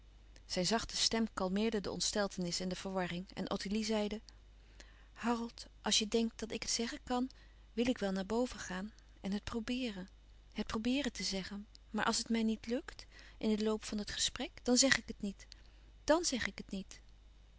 zijn zachte stem kalmeerde de ontsteltenis en de verwarring en ottilie zeide harold als je denkt dat ik het zeggen kan wil ik wel naar boven gaan en het probeeren het probeeren te zeggen maar als het mij niet lukt in de loop van het gesprek dan zeg ik het niet dàn zeg ik het niet